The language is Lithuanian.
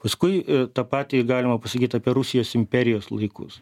paskui tą patį galima pasakyt apie rusijos imperijos laikus